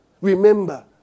Remember